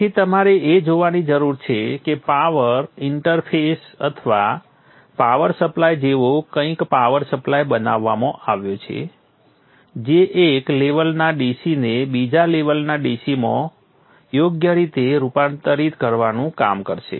તેથી તમારે એ જોવાની જરૂર છે કે પાવર ઈન્ટરફેસ અથવા પાવર સપ્લાય જેવો કંઈક પાવર સપ્લાય બનાવવામાં આવ્યો છે જે એક લેવલના DC ને બીજા લેવલના DC માં યોગ્ય રીતે રૂપાંતરિત કરવાનું કામ કરશે